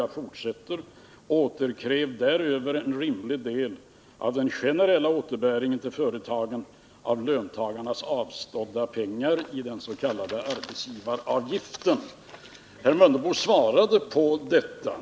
Jag fortsätter: ”Återkräv en rimlig del av den generella återbäringen till företagen av löntagarnas avstådda pengar i tidigare avtalsrörelser, den s.k. arbetsgivaravgiften.” Herr Mundebo svarade på detta.